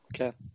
Okay